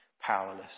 Powerless